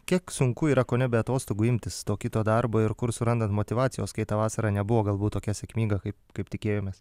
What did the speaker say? kiek sunku yra kone be atostogų imtis to kito darbo ir kur surandat motyvacijos kai tą vasarą nebuvo galbūt tokia sėkminga kaip kaip tikėjomės